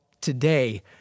today